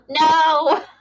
No